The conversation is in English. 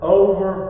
over